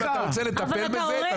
אם אתה רוצה לטפל בזה,